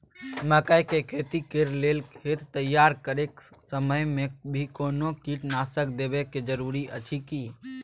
मकई के खेती कैर लेल खेत तैयार करैक समय मे भी कोनो कीटनासक देबै के जरूरी अछि की?